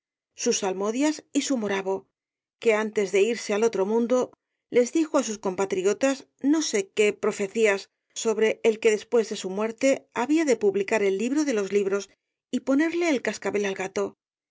sus salmodias y su moravo que antes de irse al otro mundo les dijo á sus compatriotas no sé qué profecías sobre el que después de su muerte había de publicar el libro de los libros y ponerle el cascabel al gato